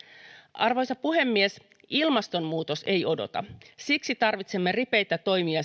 arvoisa puhemies ilmastonmuutos ei odota siksi tarvitsemme ripeitä toimia